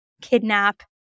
kidnap